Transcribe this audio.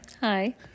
Hi